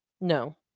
No